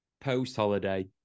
post-holiday